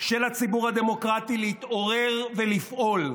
של הציבור הדמוקרטי להתעורר ולפעול.